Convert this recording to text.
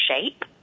shape